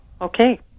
Okay